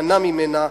מנע ממנה,